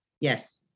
Yes